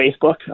Facebook